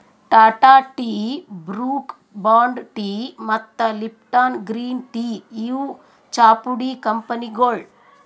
Tata tea, Brooke Bond tea ಮತ್ತ್ Lipton green tea ಇವ್ ಚಾಪುಡಿ ಕಂಪನಿಗೊಳ್